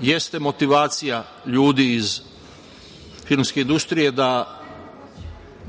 jeste motivacija ljudi iz filmske industrije da